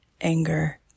anger